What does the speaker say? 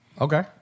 Okay